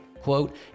Quote